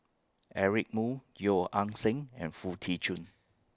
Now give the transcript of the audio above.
Eric Moo Yeo Ah Seng and Foo Tee Jun